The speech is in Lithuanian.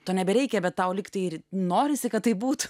to nebereikia bet tau likti ir norisi kad taip būti